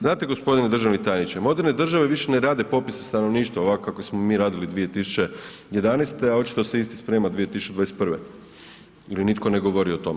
Znate gospodine državni tajniče moderne države više ne rade popis stanovništva ovako kako smo mi radili 2011., a očito se isti sprema 2021. ili nitko ne govori o tome.